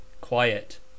Quiet